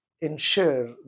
ensure